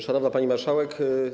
Szanowna Pani Marszałek!